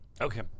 Okay